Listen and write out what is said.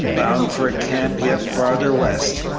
bound for a camp yet farther west,